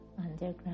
underground